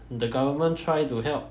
the government try to help